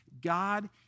God